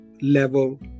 level